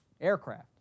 aircraft